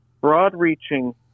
broad-reaching